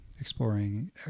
exploring